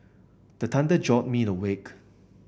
the thunder jolt me awake